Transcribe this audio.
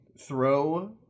throw